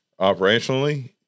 operationally